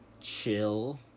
chill